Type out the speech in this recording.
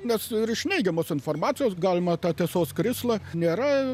nes ir iš neigiamos informacijos galima tą tiesos krislą nėra